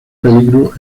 peligro